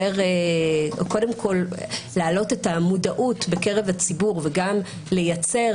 קודם כל כדי להעלות את המודעות בקרב הציבור וגם לייצר